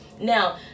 now